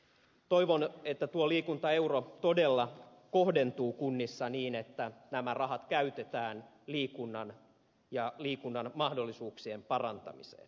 toivon että tuo liikuntaeuro todella kohdentuu kunnissa niin että nämä rahat käytetään liikunnan ja liikunnan mahdollisuuksien parantamiseen